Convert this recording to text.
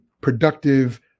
productive